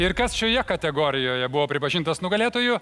ir kas šioje kategorijoje buvo pripažintas nugalėtoju